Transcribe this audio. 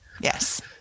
Yes